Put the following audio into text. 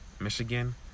Michigan